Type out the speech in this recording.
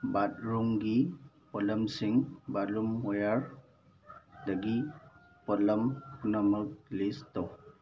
ꯕꯥꯠꯔꯨꯝꯒꯤ ꯄꯣꯠꯂꯝꯁꯤꯡ ꯕꯥꯠꯔꯨꯝ ꯋꯦꯌꯥꯔ ꯗꯒꯤ ꯄꯣꯠꯂꯝ ꯄꯨꯝꯅꯃꯛ ꯂꯤꯁ ꯇꯧ